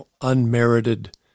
unmerited